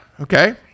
Okay